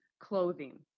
Clothing